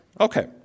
Okay